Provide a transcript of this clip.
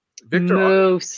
Victor